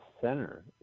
center